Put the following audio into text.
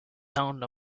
town